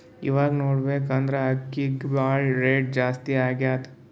ಇವಾಗ್ ನೋಡ್ಬೇಕ್ ಅಂದ್ರ ಅಕ್ಕಿಗ್ ಭಾಳ್ ರೇಟ್ ಜಾಸ್ತಿ ಆಗ್ಯಾದ